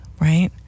right